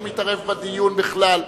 שהוא מתערב בדיון בכלל.